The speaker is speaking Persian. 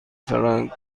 فرانک